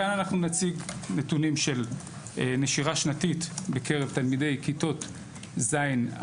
כאן אנחנו נציג נתונים של נשירה שנתית בקרב תלמידי כיתות ז׳-י״ב.